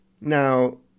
Now